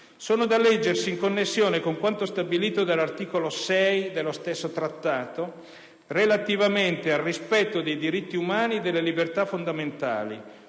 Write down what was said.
sono da leggersi in connessione con quanto stabilito dall'articolo 6 dello stesso Trattato, relativamente al rispetto dei diritti umani e delle libertà fondamentali,